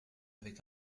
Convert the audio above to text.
avec